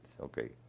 okay